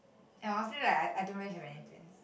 and obviously like I I don't really have any plans